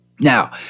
Now